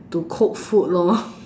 to cook food lor